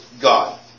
God